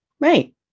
Right